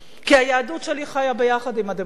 כי היהדות שלי חיה ביחד עם הדמוקרטיה.